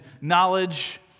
knowledge